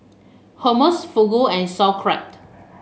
Hummus Fugu and Sauerkraut